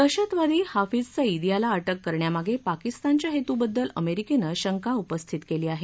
दहशतवादी हाफिझ सईद याला अटक करण्यामागे पाकिस्तानच्या हेतूबद्दल अमेरिकेनं शंका उपस्थित केली आहे